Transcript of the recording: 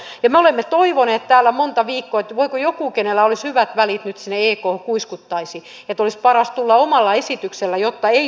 ja me olemme toivoneet täällä monta viikkoa että voi kun joku jolla olisi hyvät välit sinne ekhon nyt kuiskuttaisi että olisi parasta tulla omalla esityksellä jotta ei tulisi tällaista epäselvyyttä